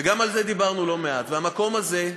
וגם על זה דיברנו לא מעט, והמקום הזה,